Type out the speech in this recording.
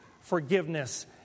forgiveness